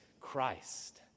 Christ